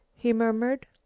he murmured.